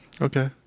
Okay